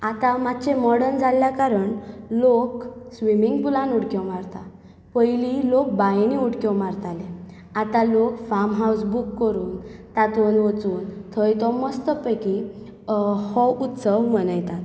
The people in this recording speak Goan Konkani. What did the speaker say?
आतां मातशें मॉडर्न जाल्ल्या कारणान लोक स्विमिंग पुलांत उडक्यो मारतात पयलीं लोक बायेंत उडक्यो मारताले आतां लोक फार्म हावस बूक करून तातूंत वचून थंय तो मस्त पैकी हो उत्सव मनयतात